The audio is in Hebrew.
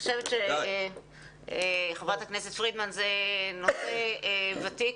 חברת הכנסת פרידמן, זה נושא ותיק,